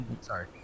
Sorry